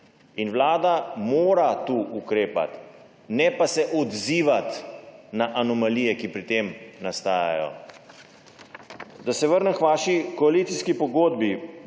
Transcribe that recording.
In Vlada mora tu ukrepati, ne pa se odzivati na anomalije, ki pri tem nastajajo. Da se vrnem k vaši koalicijski pogodbi.